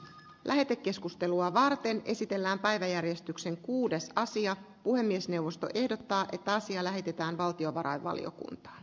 lähetekeskustelua varten esitellään päiväjärjestyksen kuudesta asia puhemiesneuvosto ehdottaa että asia lähetetään valtiovarainvaliokuntaan